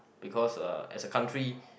because uh as a country